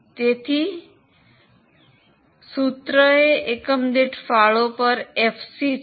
તેથી સૂત્ર એ એકમ દીઠ ફાળો પર એફસી છે